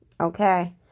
Okay